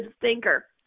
thinker